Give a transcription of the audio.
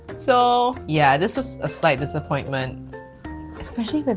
so yeah this was a slight disappointment especially